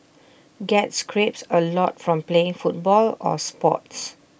get scrapes A lot from playing football or sports